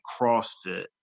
crossfit